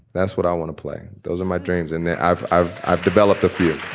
that's what i want to play. those are my dreams. and i've i've i've developed a few